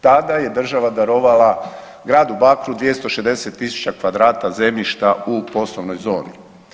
Tada je država darovala gradu Bakru 260.000 kvadrata zemljišta u poslovnoj zoni.